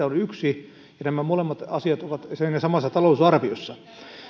on yksi ja nämä molemmat asiat ovat siinä samassa talousarviossa